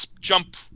jump